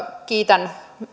kiitän